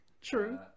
true